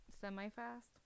semi-fast